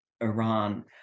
Iran